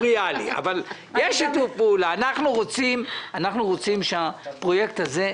אנחנו רוצים שהפרויקט הזה יתממש,